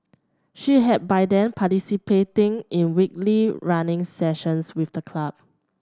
she had by then participating in weekly running sessions with the club